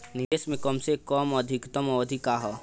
निवेश के कम से कम आ अधिकतम अवधि का है?